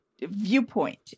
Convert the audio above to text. viewpoint